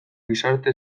gizarte